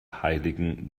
heiligen